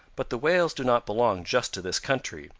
but the whales do not belong just to this country,